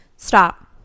stop